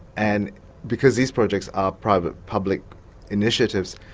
and because these projects are private-public initiatives,